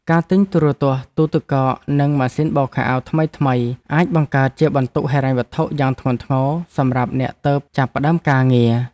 ការទិញទូរទស្សន៍ទូទឹកកកនិងម៉ាស៊ីនបោកខោអាវថ្មីៗអាចបង្កើតជាបន្ទុកហិរញ្ញវត្ថុយ៉ាងធ្ងន់ធ្ងរសម្រាប់អ្នកទើបចាប់ផ្ដើមការងារ។